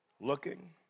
looking